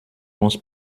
muss